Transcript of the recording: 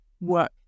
work